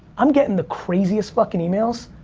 i'm gettin' the craziest fuckin' emails.